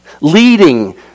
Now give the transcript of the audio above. Leading